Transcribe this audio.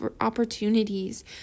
opportunities